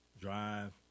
drive